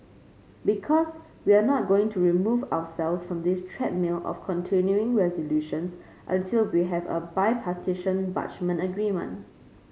because we're not going to remove ourselves from this treadmill of continuing resolutions until we have a bipartisan budget agreement